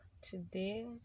today